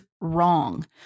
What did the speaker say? wrong